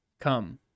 Come